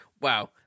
Wow